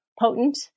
potent